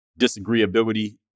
disagreeability